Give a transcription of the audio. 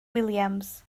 williams